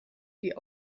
die